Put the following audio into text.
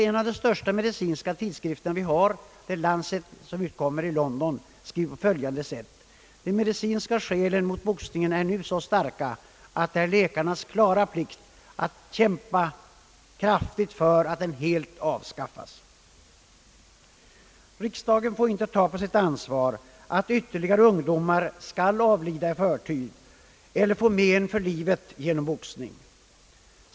En av de största medicinska tidskrifterna, The Lancet, som utkommer i London, skriver på följande sätt: »De medicinska skälen mot boxningen är nu så starka, att det är läkarnas klara plikt att kämpa för att den helt avskaffas.» Riksdagen får inte ta på sitt ansvar att ytterligare ungdomar skall avlida i förtid eller få men för livet genom boxning.